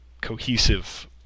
cohesive